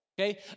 Okay